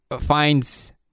finds